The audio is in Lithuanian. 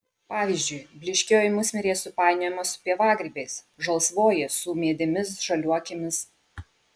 pavyzdžiui blyškioji musmirė supainiojama su pievagrybiais žalsvoji su ūmėdėmis žaliuokėmis